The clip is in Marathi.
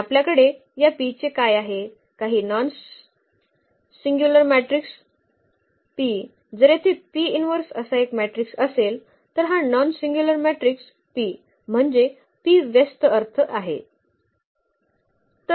आणि आपल्याकडे या P चे काय आहे काही नॉन सिंगल्युलर मॅट्रिक्स P जर येथे असा एक मॅट्रिक्स असेल तर हा नॉन सिंगल्युलर मॅट्रिक्स P म्हणजेच P व्यस्त अर्थ आहे